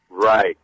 right